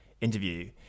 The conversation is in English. interview